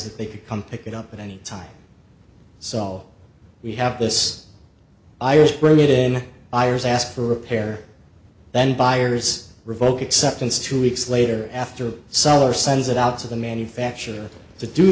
that they could come pick it up at any time so we have this iris bring it in i was asked for repair then buyers revoke acceptance two weeks later after a seller sends it out to the manufacturer